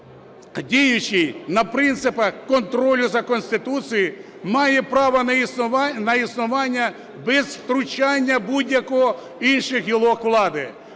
діючий на принципах контролю за Конституцією, має право на існування без втручання будь-яких інших гілок влади.